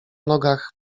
nogach